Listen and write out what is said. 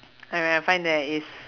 I I I find that is